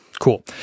Cool